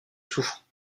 souffre